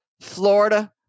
Florida-